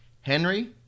Henry